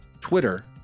Twitter